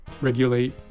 Regulate